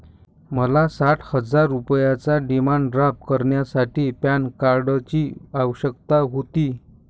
मला साठ हजार रुपयांचा डिमांड ड्राफ्ट करण्यासाठी पॅन कार्डची आवश्यकता होती